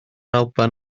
alban